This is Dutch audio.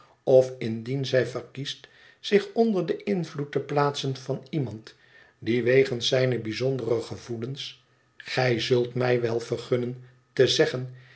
of indien zij verkiest zich onder den invloed te plaatsen van iemand die wegens zijne bijzondere gevoelens gij zult mij wel vergunnen te zeggen